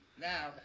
Now